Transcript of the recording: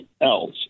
else